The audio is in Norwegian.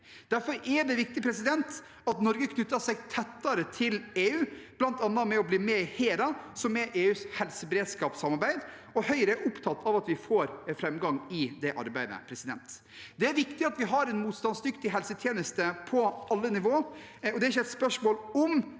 Derfor er det viktig at Norge knytter seg tettere til EU, bl.a. ved å bli med i HERA, som er EUs helseberedskapssamarbeid. Høyre er opptatt av at vi får framgang i det arbeidet. Det er viktig at vi har en motstandsdyktig helsetjeneste på alle nivå, og det er ikke et spørsmål om,